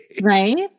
right